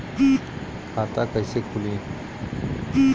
खाता कईसे खुली?